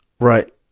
Right